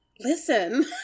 listen